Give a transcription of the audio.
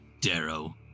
Darrow